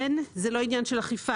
זה לא עניין של אכיפה.